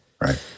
right